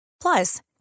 Plus